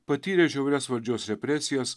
patyrė žiaurias valdžios represijas